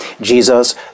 Jesus